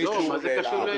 מה זה קשור לאל על?